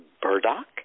burdock